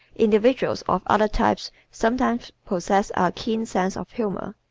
individuals of other types sometimes possess a keen sense of humor.